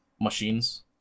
machines